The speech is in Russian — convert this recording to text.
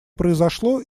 произошло